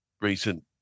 recent